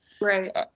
right